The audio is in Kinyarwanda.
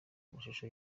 amashusho